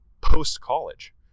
post-college